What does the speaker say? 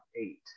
eight